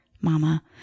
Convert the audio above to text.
Mama